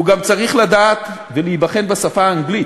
הוא גם צריך לדעת ולהיבחן בשפה האנגלית.